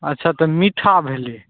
अच्छा तऽ मीठा भेलै